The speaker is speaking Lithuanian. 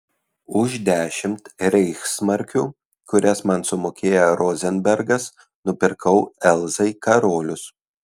už dešimt reichsmarkių kurias man sumokėjo rozenbergas nupirkau elzai karolius